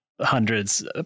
hundreds